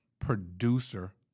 producer